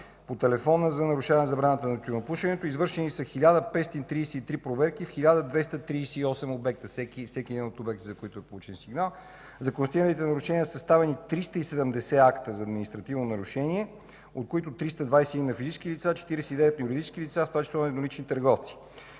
по телефона за нарушаване на забраната за тютюнопушене. Извършени са 1533 проверки в 1238 обекта – всеки един от обектите, за които е получен сигнал. За констатирани нарушения са съставени 370 акта за административно нарушение, от които 321 на физически лица, 49 на юридически лица, в това число и еднолични търговци.